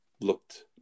looked